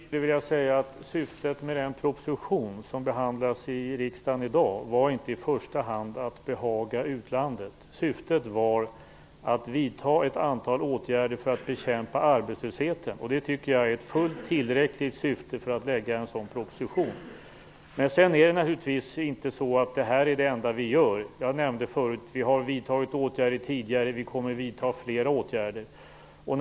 Herr talman! Till Anne Wibble vill jag säga att syftet med den proposition som behandlas i riksdagen i dag inte i första hand varit att behaga utlandet. Syftet var att vidta ett antal åtgärder för att bekämpa arbetslösheten, och jag tycker att det syftet är fullt tillräckligt för framläggande av en proposition. Men detta är naturligtvis inte det enda som vi gör. Jag nämnde förut att vi tidigare har vidtagit åtgärder, och vi kommer att vidta flera sådana.